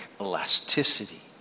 elasticity